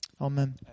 Amen